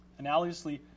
Analogously